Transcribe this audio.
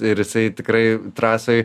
ir jisai tikrai trasoj